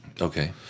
Okay